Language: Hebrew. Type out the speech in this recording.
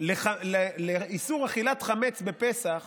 לאיסור אכילת חמץ בפסח